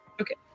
Okay